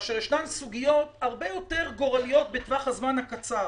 כאשר ישנן סוגיות הרבה יותר גורליות בטווח הזמן הקצר